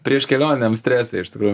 prieš kelioniniam strese iš tikrųjų